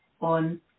on